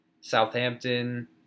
Southampton